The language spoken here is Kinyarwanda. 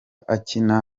akina